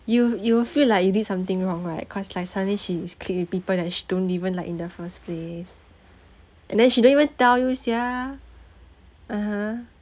you you feel like you did something wrong right cause like suddenly she click with people that don't even like in the first place and then she don't even tell you sia (uh huh)